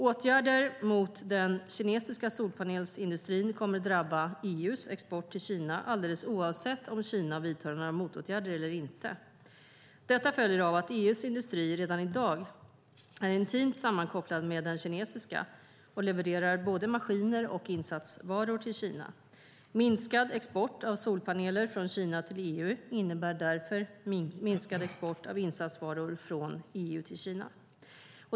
Åtgärder mot den kinesiska solpanelsindustrin kommer att drabba EU:s export till Kina alldeles oavsett om Kina vidtar några motåtgärder eller inte. Detta följer av att EU:s industri redan i dag är intimt sammankopplad med den kinesiska och levererar både maskiner och insatsvaror till Kina. Minskad export av solpaneler från Kina till EU innebär därför minskad export av insatsvaror från EU till Kina.